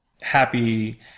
happy